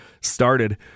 started